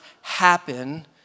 happen